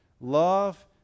love